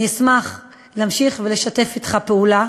אני אשמח להמשיך ולשתף אתך פעולה.